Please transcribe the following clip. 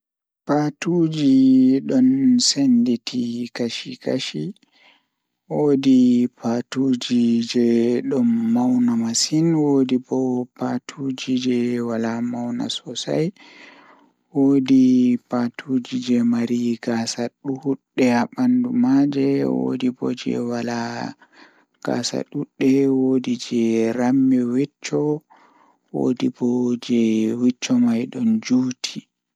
Komi ɓurɗaa yiɗuki naane kannjum woni Hobby am ko waɗi to ñaawo, sabu mi yiɗi wonde e yimɓe kadi waɗde jaangol. Mi ngoni fiɗɗinde sabu mi yidi ngal kadi mi njogii e hoore kadi nafaade e goɗɗum. Miɗo yeddi ɗum sabu o waɗi yiɗi ndiyam, miɗo waawi sotti e ɗum